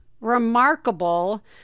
remarkable